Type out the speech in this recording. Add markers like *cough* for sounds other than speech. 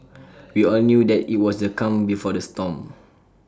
*noise* we all knew that IT was the calm before the storm